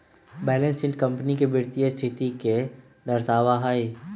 balance sheet company के वित्तीय स्थिति के दर्शावा हई